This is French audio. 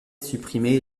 supprimé